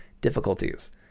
difficulties